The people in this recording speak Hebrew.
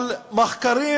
אבל מחקרים